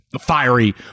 Fiery